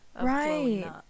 right